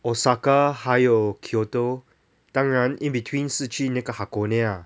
osaka 还有 kyoto 当然 in between 是去那个 hakone ah